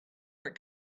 for